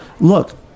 look